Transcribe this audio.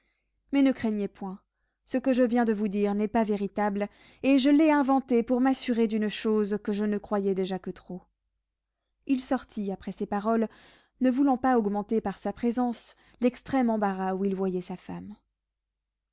mais ne craignez point ce que je viens de vous dire n'est pas véritable et je l'ai inventé pour m'assurer d'une chose que je ne croyais déjà que trop il sortit après ces paroles ne voulant pas augmenter par sa présence l'extrême embarras où il voyait sa femme